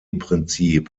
prinzip